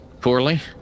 Poorly